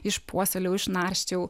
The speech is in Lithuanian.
išpuoselėjau išnarsčiau